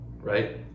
right